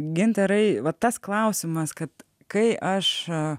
gintarai va tas klausimas kad kai aš